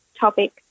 topic